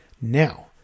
Now